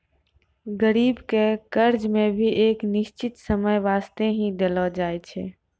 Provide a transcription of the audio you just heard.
गरीबी के कर्जा मे भी एक निश्चित समय बासते ही देलो जाय छै